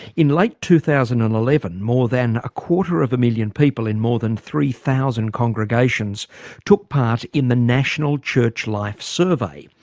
in late like two thousand and eleven, more than a quarter of a million people in more than three thousand congregations took part in the national church life survey.